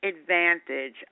advantage